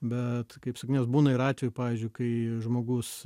bet kaip sakiau nes būna ir atvejų pavyzdžiui kai žmogus